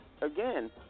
again